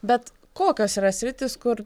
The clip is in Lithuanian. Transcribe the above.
bet kokios yra sritys kur